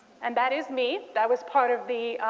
and that is me. that was part of the